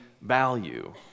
value